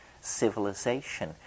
civilization